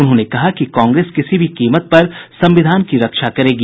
उन्होंने कहा कि कांग्रेस किसी भी कीमत पर संविधान की रक्षा करेगी